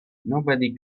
nobody